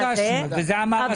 את זה ביקשנו ואת זה אמר השר.